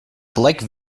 black